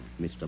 Mr